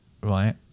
right